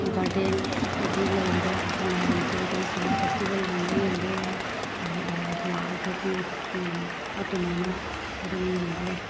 garden ꯍꯥꯏꯗꯤ ꯂꯩꯔꯤꯕ ꯃꯌꯥꯝꯁꯦ ꯑꯗꯨꯒ ꯁꯉꯥꯏ ꯐꯦꯁꯇꯤꯚꯦꯜꯒꯨꯝꯕ ꯌꯦꯡꯕ ꯌꯥꯏ ꯂꯥꯛꯑꯒꯗꯤ ꯑꯗꯨꯃꯥꯏꯅ ꯑꯗꯨꯝ ꯌꯦꯡꯕ ꯌꯥꯏ